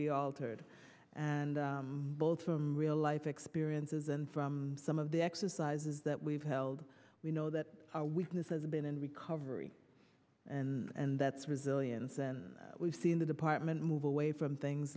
be altered and both from real life experiences and from some of the exercises that we've held we know that our weakness has been in recovery and that's resilience and we've seen the department move away from things